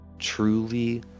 truly